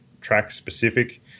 track-specific